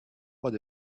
what